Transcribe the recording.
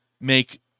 make